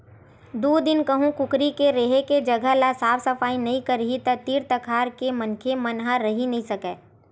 दू दिन कहूँ कुकरी के रेहे के जघा ल साफ नइ करही त तीर तखार के मनखे मन रहि नइ सकय